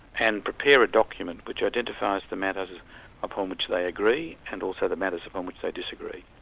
and prepare a document which identifies the matters upon which they agree, and also the matters upon which they disagree.